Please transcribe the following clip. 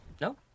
No